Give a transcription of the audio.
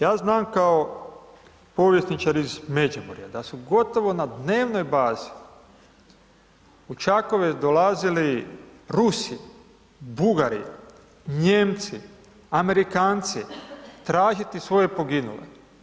Ja znam kao povjesničar iz Međimurja da su gotovo na dnevnoj bazi u Čakovec dolazili Rusi, Bugari, Nijemci, Amerikanci, tražiti svoje poginule.